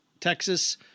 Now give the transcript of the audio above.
Texas